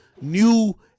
new